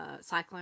cyclone